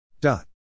Dot